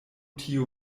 tiu